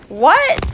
what